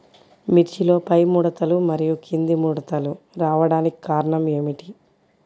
మిర్చిలో పైముడతలు మరియు క్రింది ముడతలు రావడానికి కారణం ఏమిటి?